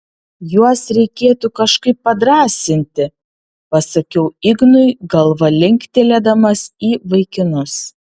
juos reikėtų kažkaip padrąsinti pasakiau ignui galva linktelėdamas į vaikinus